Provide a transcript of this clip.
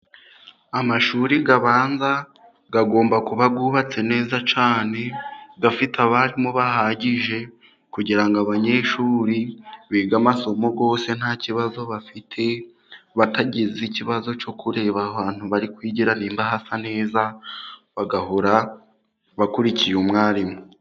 Amashuri abanza agomba kuba yubatse neza cyane, afite abarimu bahagije kugirango abanyeshuri bige amasomo yose nta kibazo bafite, batagize ikibazo cyo kureba ahantu bari kwigira niba hasa neza, bagahora bakurikiye umwarimu.